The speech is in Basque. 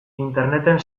interneten